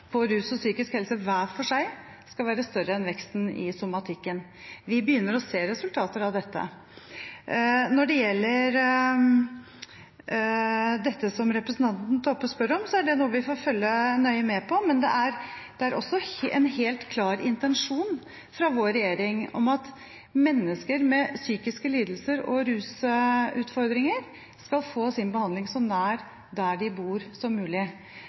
innenfor rus og psykisk helse hver for seg skal være større enn veksten i somatikken. Vi begynner å se resultater av dette. Når det gjelder dette som representanten Toppe spør om, er det noe vi får følge nøye med på, men det er også en helt klar intensjon fra vår regjering at mennesker med psykiske lidelser og rusutfordringer skal få sin behandling så nær der de bor som mulig.